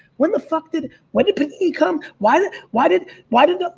when the fuck did? when did piggy come? why did? why did? why did the,